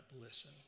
listen